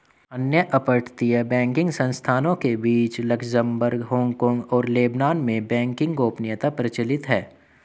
अन्य अपतटीय बैंकिंग संस्थानों के बीच लक्ज़मबर्ग, हांगकांग और लेबनान में बैंकिंग गोपनीयता प्रचलित है